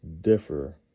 differ